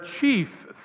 chief